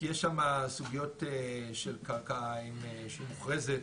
כי יש שם סוגיות של קרקע שמוכרזת,